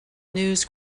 news